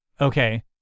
Okay